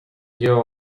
your